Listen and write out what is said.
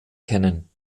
kennen